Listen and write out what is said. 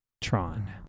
Tron